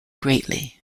greatly